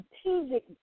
strategic